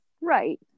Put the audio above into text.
Right